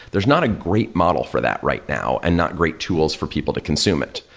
there's not a great model for that right now and not great tools for people to consume it,